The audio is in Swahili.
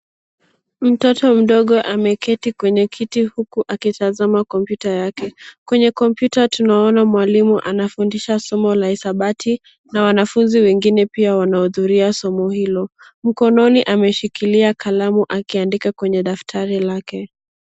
Mtoto mdogo ameketi kwenye kiti huku akitazama kompyuta yake. Kwenye kompyuta tunaona mwalimu anafundisha somo la hisabati na wanafunzi wengine pia wanahudhuria somo hilo. Mkononi ameshikilia kalamu akiandika kwenye daftari lake.